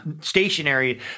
stationary